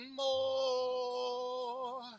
more